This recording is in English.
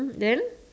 then